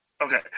Okay